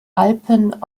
alpen